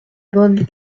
bonne